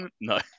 No